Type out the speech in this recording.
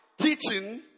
teaching